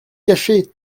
cacher